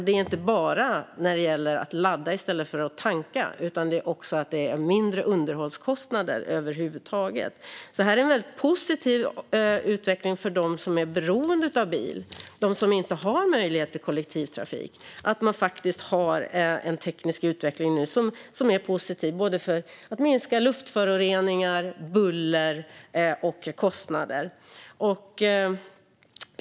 Det är inte bara för att man laddar i stället för att tanka, utan det är också mindre underhållskostnader över huvud taget. Det här är en väldigt positiv utveckling för dem som är beroende av bil - de som inte har möjlighet till kollektivtrafik - att man faktiskt har en teknisk utveckling nu som är positiv när det gäller att minska såväl luftföroreningar som buller och kostnader.